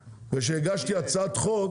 הגישו הצעת חוק